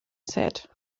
said